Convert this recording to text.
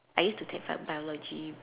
I used to take bi~ biology